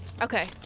okay